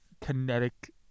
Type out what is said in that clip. kinetic